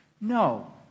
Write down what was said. No